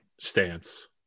stance